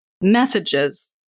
messages